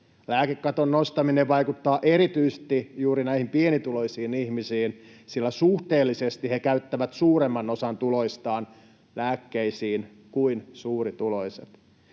Lääkekaton nostaminen vaikuttaa erityisesti juuri näihin pienituloisiin ihmisiin, sillä suhteellisesti he käyttävät suuremman osan tuloistaan lääkkeisiin kuin suurituloiset.